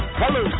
hello